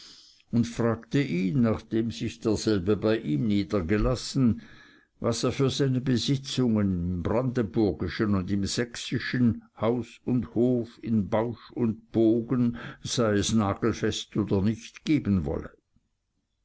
und fragte ihn nachdem sich derselbe bei ihm niedergelassen was er für seine besitzungen im brandenburgischen und im sächsischen haus und hof in pausch und bogen es sei nagelfest oder nicht geben wolle